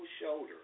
shoulder